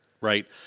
right